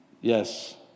Yes